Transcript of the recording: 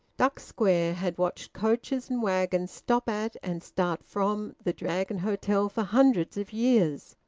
duck square had watched coaches and waggons stop at and start from the dragon hotel for hundreds of years.